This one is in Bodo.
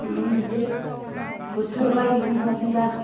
उम दे बोथोरालाय बिदिनो खासै ना